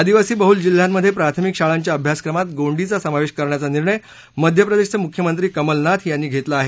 आदिवासी बहुल जिल्ह्यांमध्ये प्राथमिक शाळांच्या अभ्यासक्रमात गोंडीचा समावेश करण्याचा निर्णय मध्य प्रदेशचे मुख्यमंत्री कमलनाथ यांनी घेतला आहे